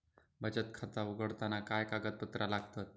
बचत खाता उघडताना काय कागदपत्रा लागतत?